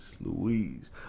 Louise